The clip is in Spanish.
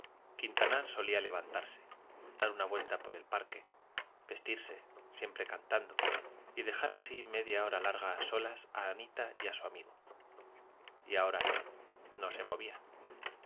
quintanar solía levantarse dar una vuelta por el parque vestirse siempre cantando y dejar así media hora larga solos a anita y a su amigo y ahora no no se movía